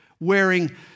wearing